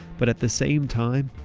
but at the same time,